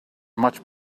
much